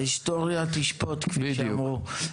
ההיסטוריה תשפוט, כפי שאמרו.